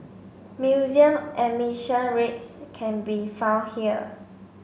museum admission rates can be found here